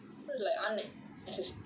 so is like necessary